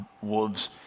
wolves